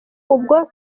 ubwo